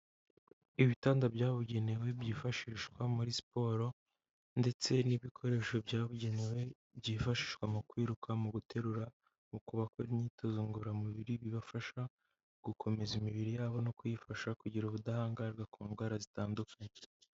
Ibitanda byabugenewe byifashishwa muri siporo ndetse n'ibikoresho byabugenewe byifashishwa mu kwiruka, mu guterura, no kubakora imyitozo ngororamubiri, bibafasha gukomeza imibiri yabo no kuyifasha kugira ubudahangarwa ku ndwara zitandukanye.